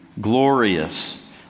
glorious